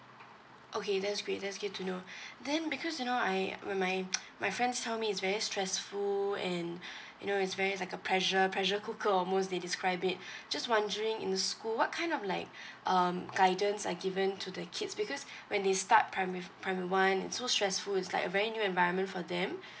okay that's great that's good to know then because you know I my my my friends tell me it's very stressful and you know it's very like a pressure pressure cooker almost they describe it just wondering in school what kind of like um guidance are given to the kids because when they start prima~ primary one and it's so stressful is like a very new environment for them